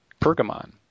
Pergamon